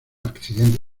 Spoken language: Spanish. accidente